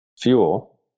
fuel